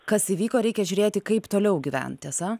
kas įvyko reikia žiūrėti kaip toliau gyvent tiesa